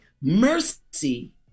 Mercy